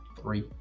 Three